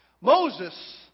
Moses